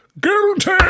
Guilty